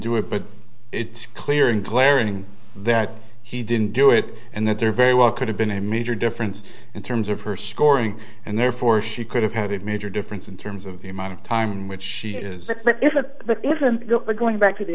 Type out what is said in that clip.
do it but it's clear and glaring that he didn't do it and that there very well could have been a major difference in terms of her scoring and therefore she could have had a major difference in terms of the amount of time which she is but if that isn't the going back to the